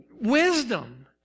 wisdom